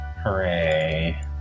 hooray